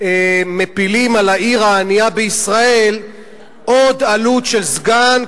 ומפילים על העיר הענייה בישראל עוד עלות של סגן,